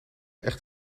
echt